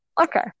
Okay